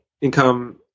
income